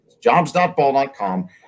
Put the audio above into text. jobs.ball.com